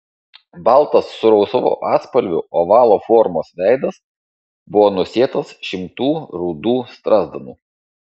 baltas su rausvu atspalviu ovalo formos veidas buvo nusėtas šimtų rudų strazdanų